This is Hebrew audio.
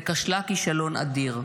וכשלה כישלון אדיר.